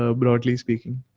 ah broadly speaking,